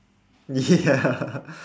ya